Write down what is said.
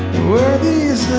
were these